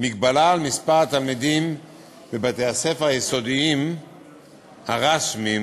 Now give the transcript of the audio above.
מגבלה על מספר התלמידים בכיתות בבתי-הספר היסודיים הרשמיים,